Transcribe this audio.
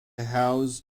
house